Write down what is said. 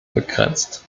begrenzt